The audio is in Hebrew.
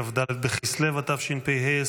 כ"ד בכסלו התשפ"ה,